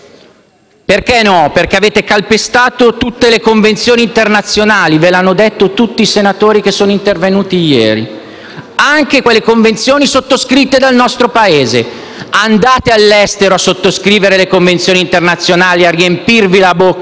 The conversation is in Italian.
Perché no? Perché avete calpestato tutte le convenzioni internazionali - ve l'hanno detto tutti i senatori che sono intervenuti ieri - comprese quelle sottoscritte dal nostro Paese. Andate all'estero a sottoscrivere le convenzioni internazionali, a riempirvi la bocca e farvi